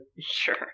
Sure